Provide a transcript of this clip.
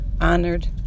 honored